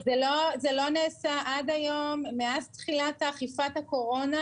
זה לא נעשה עד היום מאז תחילת אכיפת הקורונה,